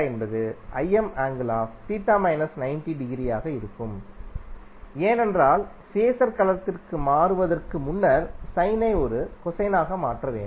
என்பது ஆக இருக்கும் ஏனென்றால் ஃபேஸர் களத்திற்கு மாறுவதற்கு முன்னர் சைனை ஒரு கோசைனாக மாற்ற வேண்டும்